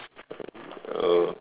oh